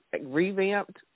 revamped